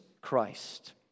Christ